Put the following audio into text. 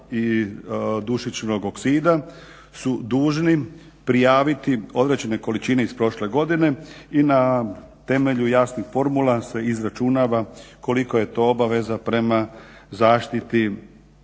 i dušičnog oksida su dužni prijaviti određene količine iz prošle godine i na temelju jasnih formula se izračunava koliko je to obaveza prema zaštiti